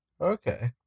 Okay